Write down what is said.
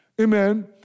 amen